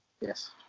Yes